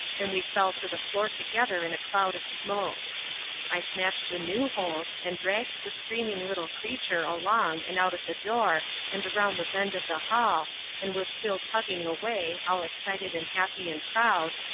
and we fell to the floor together in a cloud of smoke i snatched a new hold, and dragged the screaming little creature along and out at the door and around the bend of the hall and was still tugging away, all excited and happy and proud,